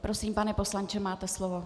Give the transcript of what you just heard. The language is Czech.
Prosím, pane poslanče, máte slovo.